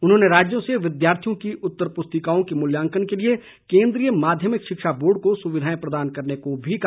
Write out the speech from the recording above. उन्होंने राज्यों से विद्यार्थियों की उत्तर पुस्तिकाओं के मूल्यांकन के लिए केंद्रीय माध्यमिक शिक्षा बोर्ड को सुविधाएं प्रदान करने को भी कहा